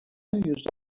yüzde